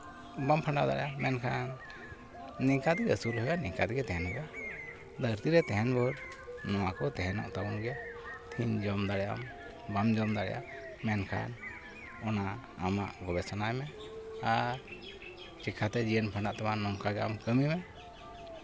ᱵᱟᱢ ᱠᱷᱟᱸᱰᱟᱣ ᱫᱟᱲᱮᱭᱟᱜᱼᱟ ᱢᱮᱱᱠᱷᱟᱱ ᱱᱤᱝᱠᱟ ᱛᱮᱜᱮ ᱟᱹᱥᱩᱞ ᱦᱩᱭᱩᱜᱼᱟ ᱱᱤᱝᱠᱟ ᱛᱮᱜᱮ ᱛᱟᱦᱮᱱ ᱦᱩᱭᱩᱜᱼᱟ ᱫᱷᱟᱹᱨᱛᱤ ᱨᱮ ᱛᱟᱦᱮᱱ ᱵᱷᱳᱨ ᱱᱚᱣᱟ ᱠᱚ ᱛᱟᱦᱮᱱᱚᱜ ᱛᱟᱵᱳᱱ ᱜᱮᱭᱟ ᱛᱮᱦᱤᱧ ᱡᱚᱢ ᱫᱟᱲᱮᱭᱟᱜ ᱟᱢ ᱵᱟᱢ ᱡᱚᱢ ᱫᱟᱲᱮᱭᱟᱜᱼᱟ ᱢᱮᱱᱠᱷᱟᱱ ᱚᱱᱟ ᱟᱢᱟᱜ ᱜᱚᱵᱮᱥᱚᱱᱟᱭ ᱢᱮ ᱟᱨ ᱪᱤᱠᱟᱛᱮ ᱡᱤᱭᱚᱱ ᱠᱷᱟᱱᱰᱟᱜ ᱛᱟᱢᱟ ᱱᱚᱝᱠᱟᱜᱮ ᱟᱢ ᱠᱟᱹᱢᱤ ᱢᱮ